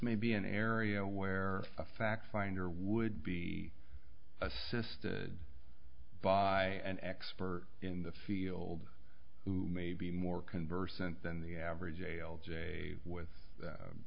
may be an area where a fact finder would be assisted by an expert in the field who may be more conversant than the average jail jay with